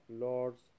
Lord's